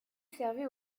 observée